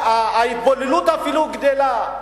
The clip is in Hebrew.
ההתבוללות אפילו גדלה.